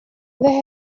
they